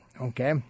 okay